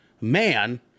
man